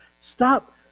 Stop